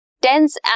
dense